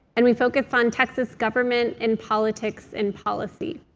and we focus on texas government and politics and policy.